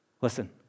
Listen